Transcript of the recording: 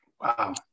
Wow